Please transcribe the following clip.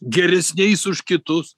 geresniais už kitus